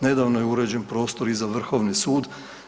Nedavno je uređen prostor i za Vrhovni sud.